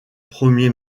premier